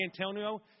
Antonio